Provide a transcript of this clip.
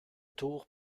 tour